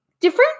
different